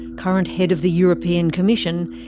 current head of the european commission,